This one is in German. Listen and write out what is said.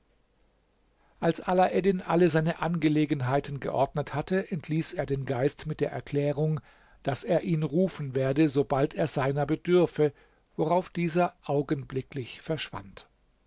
als alaeddin alle seine angelegenheiten geordnet hatte entließ er den geist mit der erklärung daß er ihn rufen werde sobald er seiner bedürfe worauf dieser augenblicklich verschwand